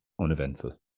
uneventful